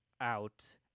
out